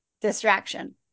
Distraction